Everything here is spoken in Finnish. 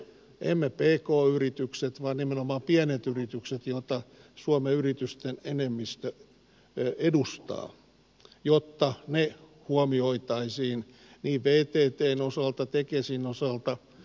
emme tee koo yritykset vaan nimenomaan pienet yritykset jotta suomme yritysten enemmistö edustaa jotta ne huomioitaisiin niin peitteitten osalta tekesin osalta